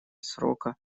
срока